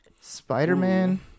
spider-man